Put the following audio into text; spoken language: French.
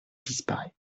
disparaît